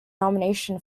nomination